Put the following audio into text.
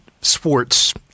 sports